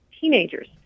teenagers